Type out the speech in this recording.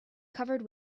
covered